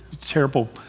Terrible